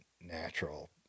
natural